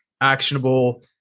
actionable